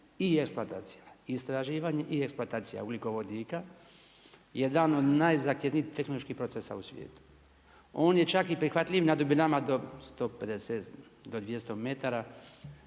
i eksploatacija, istraživanje i eksploatacija ugljikovodika, jedan od najzahtjevnijih tehnoloških procesa u svijetu. On je čak i prihvatljiv na dubinama do 150, do 200 metara,